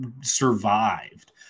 survived